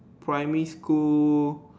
primary school